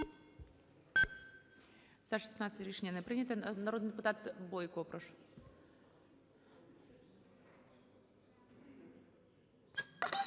За-16 Рішення не прийнято. Народний депутат Бойко, прошу.